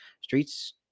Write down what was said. streets